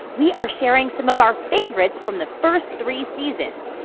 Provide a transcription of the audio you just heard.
we are sharing some of our favorites from the first three seasons.